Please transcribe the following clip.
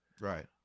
Right